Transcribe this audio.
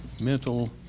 mental